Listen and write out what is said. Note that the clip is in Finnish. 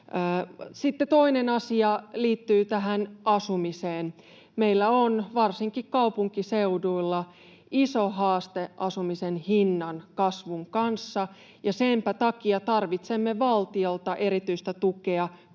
toinen asia liittyy asumiseen. Meillä on varsinkin kaupunkiseuduilla iso haaste asumisen hinnan kasvun kanssa, ja senpä takia tarvitsemme valtiolta erityistä tukea kohtuuhintaisten